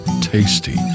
tasty